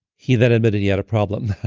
he then admitted he had a problem.